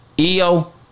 eo